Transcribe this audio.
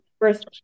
first